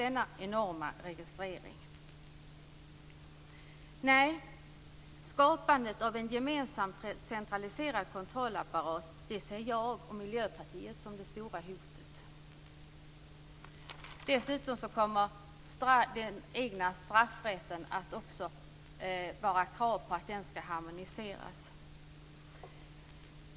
Jag och Miljöpartiet ser skapandet av en gemensam och centraliserad kontrollapparat som det stora hotet. Dessutom kommer det att ställas krav på att den egna straffrätten skall harmoniseras.